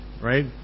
right